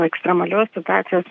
ekstremalios situacijos